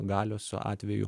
galios atveju